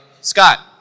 Scott